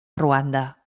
ruanda